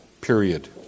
period